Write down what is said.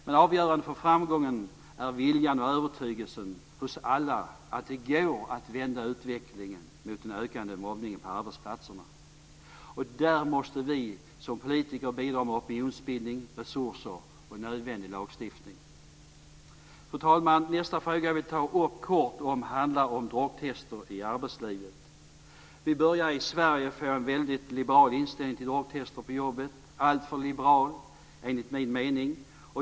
Men avgörande för framgång är viljan och övertygelsen hos alla att det går att vända utvecklingen med den ökande mobbningen på arbetsplatserna. Och där måste vi som politiker bidra med opinionsbildning, resurser och nödvändig lagstiftning. Fru talman! Nästa fråga som jag kort vill ta upp handlar om drogtester i arbetslivet. Vi börjar i Sverige få en väldigt liberal inställning till drogtester på jobbet, alltför liberal enligt min mening.